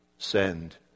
send